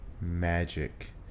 Magic